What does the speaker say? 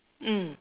mm